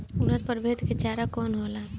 उन्नत प्रभेद के चारा कौन होला?